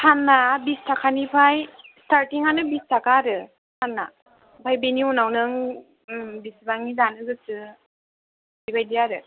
पानआ बिस थाखानिफ्राइ स्टार्टटिङानो बिस थाखा आरो पानआ आमफ्राय बेनि उनाव नों बेसेबांनि जानो गोसो बेबायदि आरो